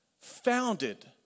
founded